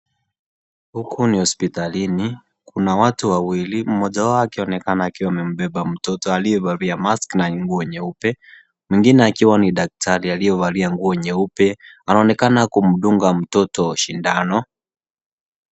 Huku ni hospitalini, kuna watu wawili. Mmoja wao akionekana akimbeba mtoto aliyevalia mask na nguo nyeupe. Mwingine akiwa ni daktari aliyevalia nguo nyeupe. Anaonekana kumdunga mtoto sindano.